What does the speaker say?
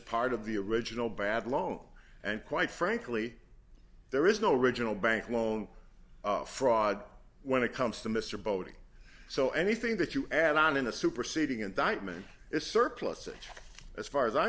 part of the original bad loan and quite frankly there is no regional bank loan fraud when it comes to mr bodie so anything that you add on in a superseding indictment is surplusage as far as i'm